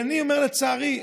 לצערי,